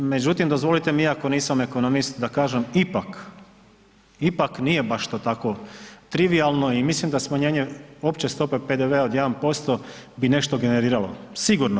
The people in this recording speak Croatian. Međutim, dozvolite mi iako nisam ekonomist da kažem ipak, ipak nije baš to tako trivijalno i mislim da smanjenje opće stope PDV-a od 1% bi nešto generiralo, sigurno.